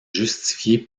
justifié